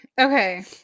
okay